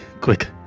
quick